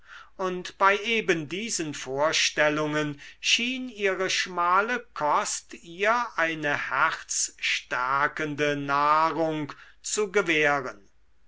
und bei eben diesen vorstellungen schien ihre schmale kost ihr eine herzstärkende nahrung zu gewähren